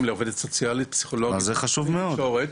לעובדת סוציאלית --- זה חשוב מאוד.